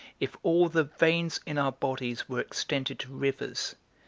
if all the veins in our bodies were extended to rivers,